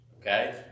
Okay